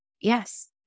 yes